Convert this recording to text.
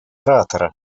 оратора